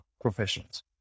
professionals